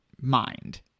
mind